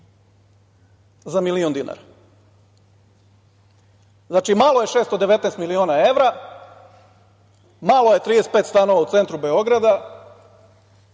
za milion dinara. Znači, malo je 619 miliona evra, malo je 35 stanova u centru Beograda,